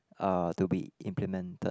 uh to be implemented